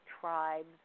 tribes